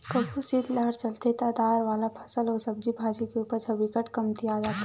कभू सीतलहर चलथे त दार वाला फसल अउ सब्जी भाजी के उपज ह बिकट कमतिया जाथे